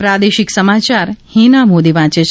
પ્રાદેશિક સમાચાર હિના મોદી વાંચે છે